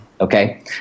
Okay